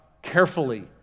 carefully